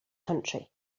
country